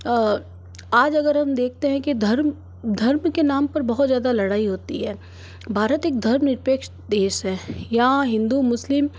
आज अगर हम देखते हैं कि धर्म धर्म के नाम पर बहुत ज़्यादा लड़ाई होती है भारत एक धर्मनिरपेक्ष देश है या हिंदू मुस्लिम